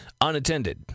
unattended